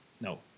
No